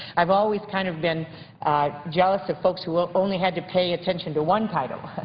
i've always kind of been jealous of folks who ah only had to pay attention to one title.